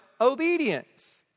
obedience